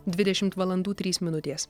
dvidešimt valandų trys minutės